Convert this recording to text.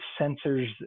sensors